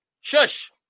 Shush